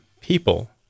people